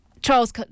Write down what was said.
Charles